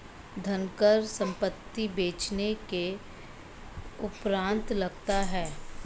धनकर संपत्ति बेचने के उपरांत लगता है